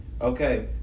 okay